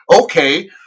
Okay